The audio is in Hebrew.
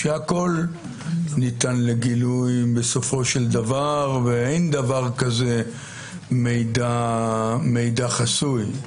שהכול ניתן לגילוי בסופו של דבר ואין דבר כזה מידע חסוי?